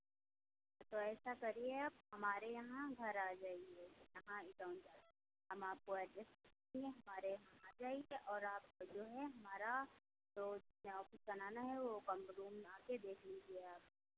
तो ऐसा करिए आप हमारे यहाँ घर आ जाइए यहाँ हम आपको एड्रेस देंगे हमारे यहाँ आ जाइए और आप जो है हमारा जो नया ऑफ़िस बनाना है वो रूम आके देख लीजिए आप